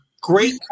great